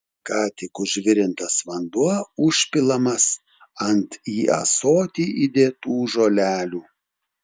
ką tik užvirintas vanduo užpilamas ant į ąsotį įdėtų žolelių